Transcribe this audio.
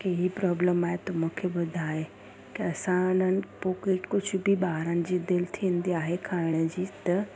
की इहा प्रोब्लम आहे त मूंखे ॿुधाए त असां हुननि पोइ कोई कुझु बि ॿारनि जी दिलि थींदी आहे खाइण जी त